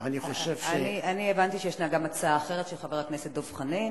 אני מבקשת בוועדת העבודה והרווחה,